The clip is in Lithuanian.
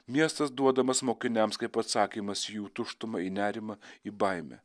miestas duodamas mokiniams kaip atsakymas į jų tuštumą į nerimą į baimę